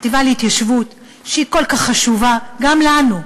החטיבה להתיישבות, שהיא כל כך חשובה גם לנו,